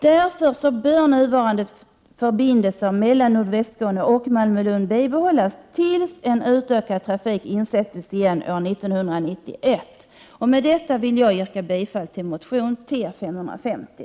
Därför bör nuvarande förbindelser mellan Nordvästskåne och Malmö/Lund bibehållas till dess att en utökad trafik insätts igen år 1991 Med detta yrkar jag bifall till motion T550.